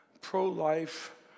pro-life